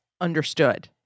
understood